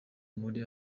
muri